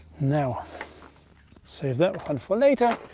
now save that one for later.